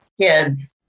kids